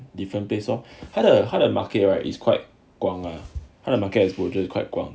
different place lor 他的 market place right is quite 广 ah 他的 market exposure quite 广